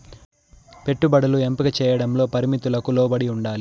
పెట్టుబడులు ఎంపిక చేయడంలో పరిమితులకు లోబడి ఉండాలి